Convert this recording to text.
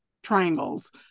triangles